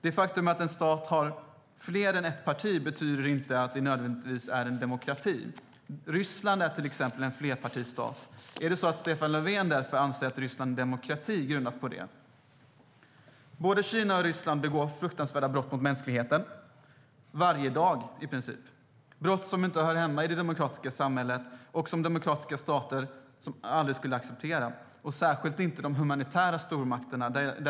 Det faktum att en stat har fler partier än ett betyder inte att det nödvändigtvis är en demokrati. Ryssland, till exempel, är en flerpartistat. Anser Stefan Löfven grundat på det att Ryssland är en demokrati? Både Kina och Ryssland begår fruktansvärda brott mot mänskligheten varje dag, i princip. Det är brott som inte hör hemma i det demokratiska samhället och som demokratiska stater aldrig skulle acceptera, särskilt inte de humanitära stormakterna.